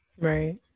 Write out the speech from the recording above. Right